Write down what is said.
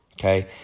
okay